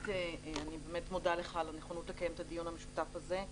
אני באמת מודה לך על הנכונות לקיים את הדיון המשותף הזה.